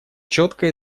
четко